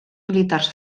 militars